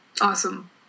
Awesome